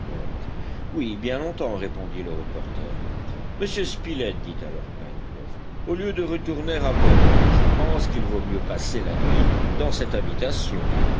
oui bien longtemps répondit le reporter monsieur spilett dit alors pencroff au lieu de retourner à bord je pense qu'il vaut mieux passer la nuit dans cette habitation